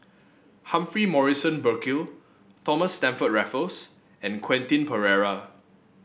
Humphrey Morrison Burkill Thomas Stamford Raffles and Quentin Pereira